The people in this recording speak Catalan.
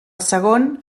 segon